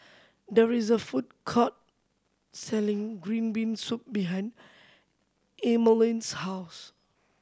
there is a food court selling green bean soup behind Emaline's house